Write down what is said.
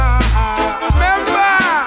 remember